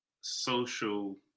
Social